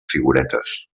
figuretes